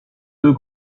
deux